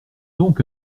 donc